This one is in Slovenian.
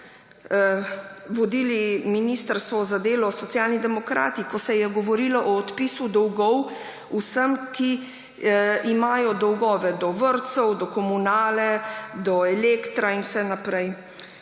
vodili ministrstvo za delo Socialni demokrati, ko se je govorilo o odpisu dolgov vsem, ki imajo dolgove do vrtcev, do komunale, do Elektra in vse naprej.